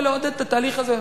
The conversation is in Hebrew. ולעודד את התהליך הזה.